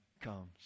comes